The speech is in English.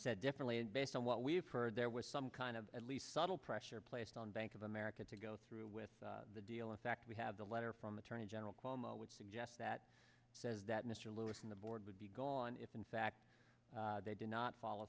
said differently and based on what we've heard there was some kind of at least subtle pressure placed on bank of america to go through with the deal in fact we have the letter from attorney general cuomo which suggests that says that mr lewis in the board would be gone if in fact they did not follow